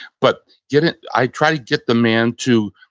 but get it, i try to get the man to,